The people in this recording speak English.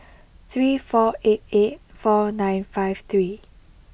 three four eight eight four nine five three